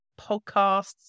podcasts